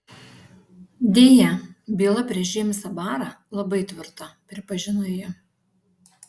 deja byla prieš džeimsą barą labai tvirta pripažino ji